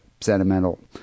sentimental